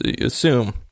assume